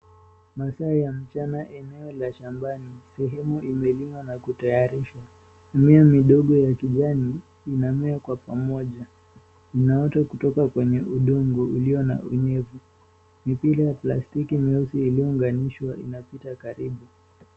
Masaa ya mchana eneo la shambani, sehemu imelimwa na kutayarishwa. Mimea midogo ya kijani, inamea kwa pamoja. Inaota kutoka kwenye udongo ulio na unyevu. Mipira ya plastiki nyeusi iliounganishwa inapita karibu.